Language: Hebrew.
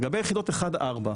לגבי יחידות 1-4,